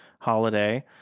holiday